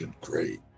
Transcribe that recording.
Great